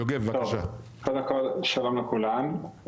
קודם כל שלום לכולם.